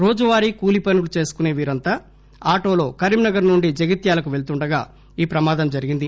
రోజువారి కూలిపనులు చేసుకునే వీరంతా ఆటోలో కరీంనగర్ నుంచి జగిత్యాల వెలుతుండగా ఈ ప్రమాదం జరిగింది